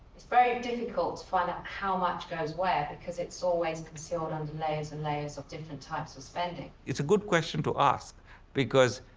it's very difficult to find out how much goes where because it's always concealed under layers and layers of different types of spending. it's a good question to ask because